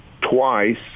twice